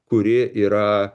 kuri yra